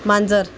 मांजर